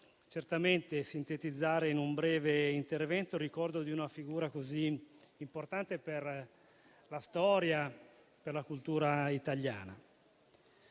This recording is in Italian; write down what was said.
difficile sintetizzare in un breve intervento il ricordo di una figura così importante per la storia e la cultura italiana.